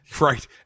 Right